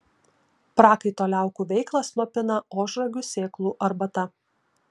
prakaito liaukų veiklą slopina ožragių sėklų arbata